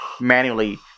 manually